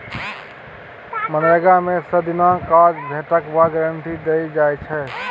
मनरेगा मे सय दिनक काज भेटबाक गारंटी देल जाइ छै